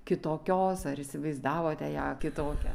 kitokios ar įsivaizdavote ją kitokią